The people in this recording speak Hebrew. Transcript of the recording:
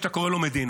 שאתה קורא לו מדינה,